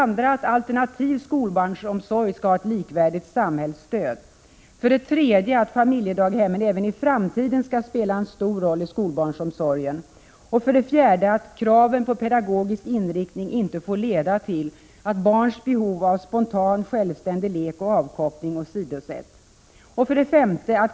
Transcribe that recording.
Alernativ skolbarnsomsorg skall för det andra ha ett likvärdigt samhällsstöd. För det tredje skall familjedaghemmen även i framtiden spela en stor roll i skolbarnsomsorgen. För det fjärde får kravet på pedagogisk inriktning inte leda till att barns behov av spontan, självständig lek och avkoppling åsidosätts.